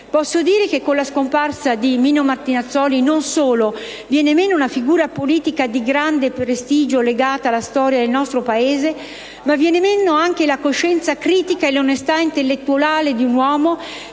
posso dire che con la scomparsa di Fermo Mino Martinazzoli, non solo viene meno una figura politica di grande prestigio legata alla storia del nostro Paese, ma viene meno anche la coscienza critica e l'onestà intellettuale di un uomo